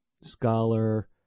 scholar